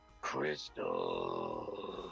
Crystal